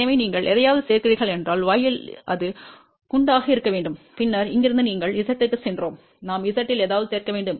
எனவே நீங்கள் எதையாவது சேர்க்கிறீர்கள் என்றால் y இல் அது குண்டாக இருக்க வேண்டும் பின்னர் இங்கிருந்து நீங்கள் z க்குச் சென்றோம் நாம் z இல் ஏதாவது சேர்க்க வேண்டும்